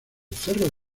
cerro